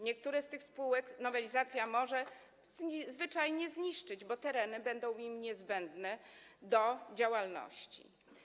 Niektóre z tych spółek nowelizacja może zwyczajnie zniszczyć, bo tereny będą im niezbędne do działalności.